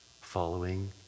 following